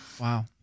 Wow